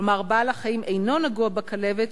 כלומר בעל-החיים אינו נגוע בכלבת,